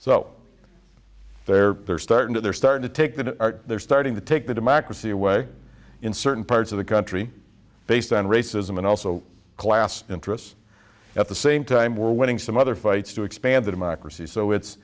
so they're starting to they're start to take that they're starting to take the democracy away in certain parts of the country based on racism and also class interests at the same time we're winning some other fights to expand the democracy so it's